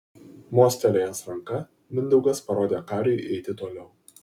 mostelėjęs ranka mindaugas parodė kariui eiti toliau